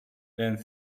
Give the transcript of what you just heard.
and